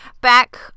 back